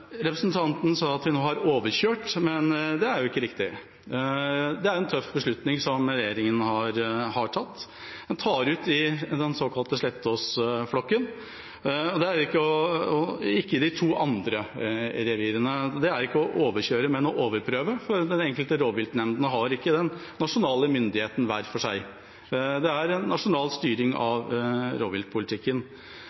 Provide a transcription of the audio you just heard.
Representanten sa at vi nå har overkjørt Rovviltnemnda, men det er ikke riktig. Det er en tøff beslutning som regjeringa har tatt. Man tar ut den såkalte Slettås-flokken og ikke de to andre revirene. Det er ikke å overkjøre, men å overprøve – for de enkelte rovviltnemndene har ikke nasjonal myndighet hver for seg. Det er en nasjonal styring